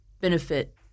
benefit